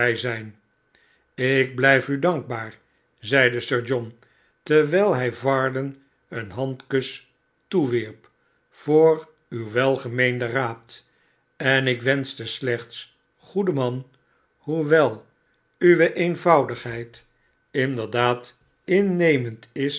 ik blijf u dankbaar zeide sir john terwijl hij varden een handkus toewierp voor uw welgemeenden raad en ik wenschte slechts goede man hoewel uwe eenvoudigheid inderdaad innemend is